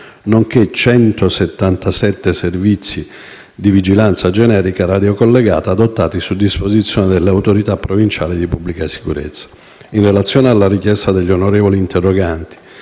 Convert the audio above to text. nonché 177 servizi di vigilanza generica radiocollegata adottati su disposizione delle autorità provinciali di pubblica sicurezza. In relazione alla richiesta degli onorevoli interroganti